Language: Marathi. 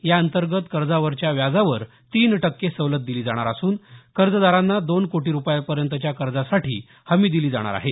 याअंतर्गत कर्जावरच्या व्याजावर तीन टक्के सवलत दिली जाणार असून कर्जदारांना दोन कोटी रुपयांपर्यंतच्या कर्जासाठी हमी दिली जाणार आहे